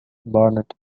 barnet